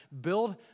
Build